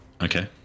Okay